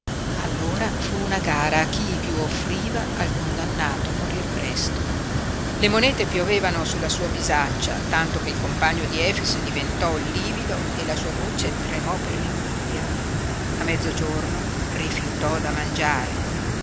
allora fu una gara a chi piú offriva al condannato a morir presto le monete piovevano sulla sua bisaccia tanto che il compagno di efix diventò livido e la sua voce tremò per l'invidia a mezzogiorno rifiutò da mangiare